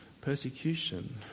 persecution